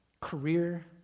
Career